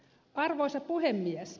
arvoisa puhemies